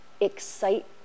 excite